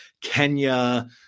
Kenya